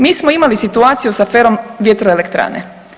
Mi smo imali situaciju s aferom vjetroelektrane.